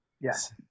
Yes